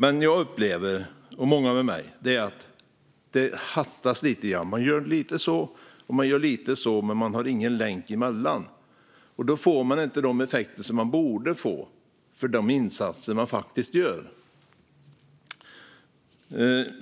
Men jag och många med mig upplever att det hattas lite grann. Man gör lite si och lite så, men man har ingen länk emellan. Då får man inte de effekter som man borde få av de insatser man faktiskt gör.